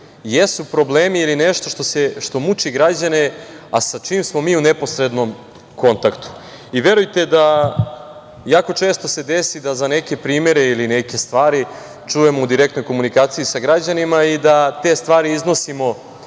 jesu problemi ili nešto što muči građane, a sa čim smo mi u neposrednom kontaktu. Verujte da jako često se desi da za neke primere ili neke stvari čujemo u direktnoj komunikaciji sa građanima i da te stvari iznosimo